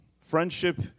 Friendship